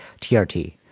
TRT